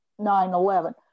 9-11